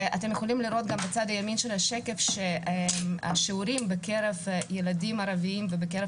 ואתם יכולים לראות בצד ימין של השקף שהשיעורים בקרב ילדים ערבים ובקרב